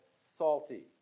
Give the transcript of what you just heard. salty